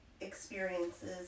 experiences